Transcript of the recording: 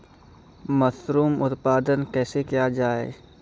Mushroom उत्पादन कैसे किया जाय?